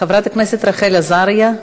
חברת הכנסת רחל עזריה,